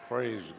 Praise